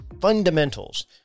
fundamentals